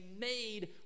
made